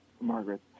Margaret